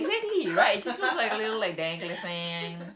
so you never actually knew how it looks like